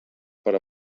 per